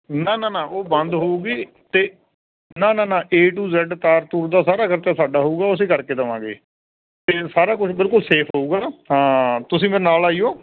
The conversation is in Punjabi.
ਨਾ ਨਾ ਨਾ ਉਹ ਬੰਦ ਹੋਵੇਗੀ ਅਤੇ ਨਾ ਨਾ ਨਾ ਏ ਟੂ ਜ਼ੈਡ ਤਾਰ ਤੂਰ ਦਾ ਸਾਰਾ ਖ਼ਰਚਾ ਸਾਡਾ ਹੋਵੇਗਾ ਉਹ ਅਸੀਂ ਕਰ ਕੇ ਦੇਵਾਂਗੇ ਅਤੇ ਸਾਰਾ ਕੁਛ ਬਿਲਕੁਲ ਸੇਫ ਹੋਵੇਗਾ ਹਾਂ ਤੁਸੀਂ ਮੇਰੇ ਨਾਲ ਆਇਓ